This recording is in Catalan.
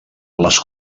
les